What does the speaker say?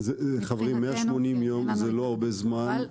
180 ימים זה לא הרבה זמן.